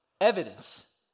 evidence